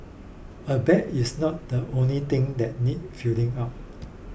a bag is not the only thing that needs filling up